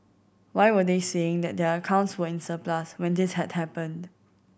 why were they saying that their accounts were in surplus when this had happened